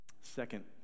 Second